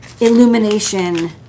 illumination